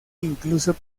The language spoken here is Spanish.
incluso